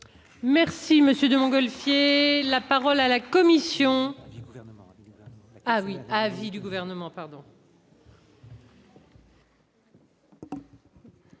Merci monsieur de Montgolfier la parole à la Commission à l'avis du gouvernement pardon.